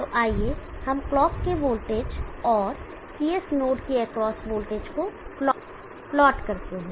तो आइए हम क्लॉक के वोल्टेज और Cs नोड के एक्रॉस वोल्टेज को प्लॉट करते हैं